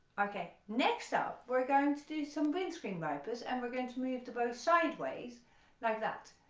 okay next up we're going to do some windscreen wipers and we're going to move to both sideways like that,